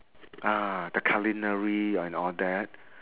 uh the culinary and all that